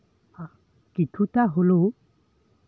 ᱠᱤᱪᱷᱩᱴᱟ ᱦᱚᱞᱮᱣ